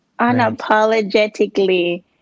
Unapologetically